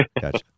Gotcha